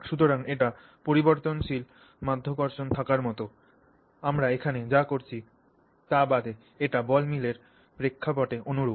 সুতরাং এটি পরিবর্তনশীল মাধ্যাকর্ষণ থাকার মতো আমরা এখানে যা করছি তা বাদে এটি বল মিলের প্রেক্ষাপটে অনুরূপ